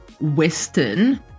western